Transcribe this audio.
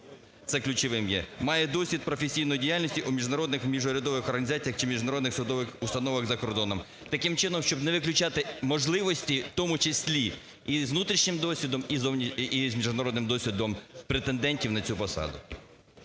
це ключовим є – має досвід професійної діяльності у міжнародних міжурядових організаціях чи міжнародних судових установах за кордоном". Таким чином, щоб не виключати можливості, в тому числі і з внутрішнім досвідом, і з міжнародним досвідом претендентів на цю посаду.